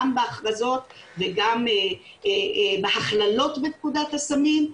גם בהכרזות וגם בהכללות בפקודת הסמים,